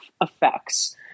effects